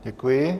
Děkuji.